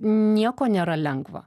nieko nėra lengvo